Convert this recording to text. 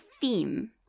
theme